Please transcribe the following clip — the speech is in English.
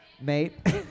Mate